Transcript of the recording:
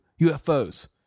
UFOs